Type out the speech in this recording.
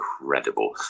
incredible